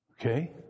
Okay